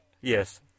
Yes